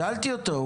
שאלתי אותו.